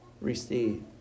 receive